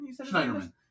Schneiderman